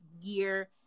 year